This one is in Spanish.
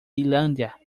islandia